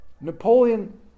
Napoleon